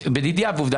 בדידי הווה עובדא,